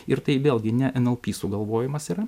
ir tai vėlgi ne nlp sugalvojimas yra